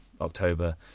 October